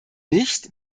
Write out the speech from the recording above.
nicht